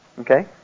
Okay